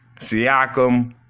Siakam